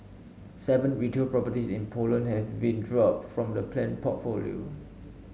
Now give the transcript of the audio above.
seven retail properties in Poland have been dropped from the planned portfolio